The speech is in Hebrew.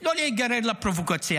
לא להיגרר לפרובוקציה.